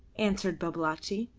answered babalatchi.